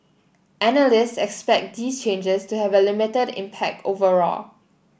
analysts expect these changes to have a limited impact overall